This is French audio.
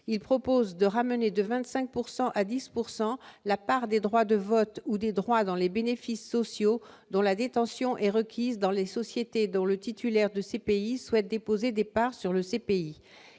il propose de ramener de 25 pourcent à 10 pourcent la part des droits de vote ou des droits dans les bénéfices sociaux dont la détention est requise dans les sociétés dont le titulaire de ces pays souhaite déposer départ sur le CPI